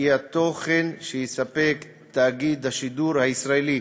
קובע כי התוכן שיספק תאגיד השידור הישראלי